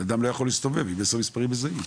בן אדם לא יכול להסתובב עם עשרה מספרים מזהים.